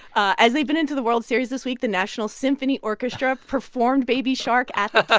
as they've been into the world series this week, the national symphony orchestra performed baby shark at but